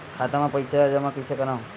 खाता म पईसा जमा कइसे करव?